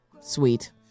sweet